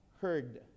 heard